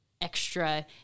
extra